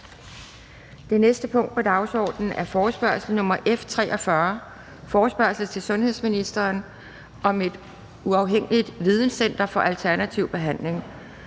Det næste punkt på dagsordenen er: 30) Forespørgsel nr. F 43: Forespørgsel til sundhedsministeren: Vil ministeren sikre et uafhængigt videncenter for alternativ behandling,